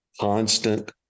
constant